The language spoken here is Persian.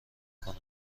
کند